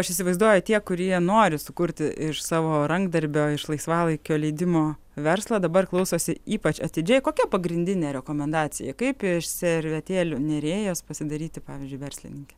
aš įsivaizduoju tie kurie nori sukurti iš savo rankdarbio iš laisvalaikio leidimo verslą dabar klausosi ypač atidžiai kokia pagrindinė rekomendacija kaip iš servetėlių nerėjos pasidaryti pavyzdžiui verslininke